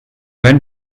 went